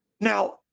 Now